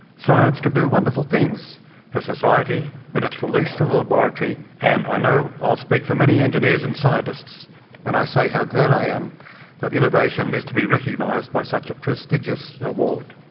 science can do wonderful things for society when it is released from the laboratory, and i know i'll speak for many engineers and scientists when i say how glad i am that innovation is to be recognised by such a prestigious award.